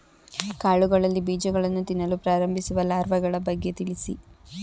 ಕಾಳುಗಳಲ್ಲಿ ಬೀಜಗಳನ್ನು ತಿನ್ನಲು ಪ್ರಾರಂಭಿಸುವ ಲಾರ್ವಗಳ ಬಗ್ಗೆ ತಿಳಿಸಿ?